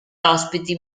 ospiti